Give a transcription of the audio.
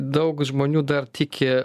daug žmonių dar tiki